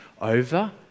over